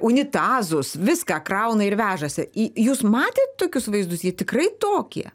unitazus viską krauna ir vežasi į jus matėt tokius vaizdus jie tikrai tokie